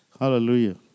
Hallelujah